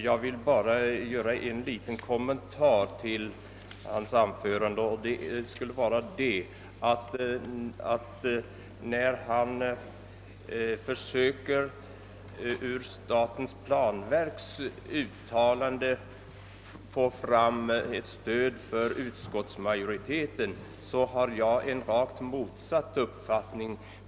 Jag vill bara göra en kommentar genom att säga, att då herr Johanson försöker att ur statens planverks yttrande läsa ut ett stöd för utskottsmajoritetens förslag, så har jag rakt motsatt uppfattning.